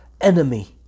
enemy